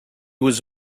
was